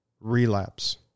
relapse